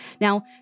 Now